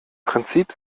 prinzip